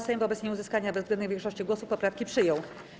Sejm wobec nieuzyskania bezwzględnej większości głosów poprawki przyjął.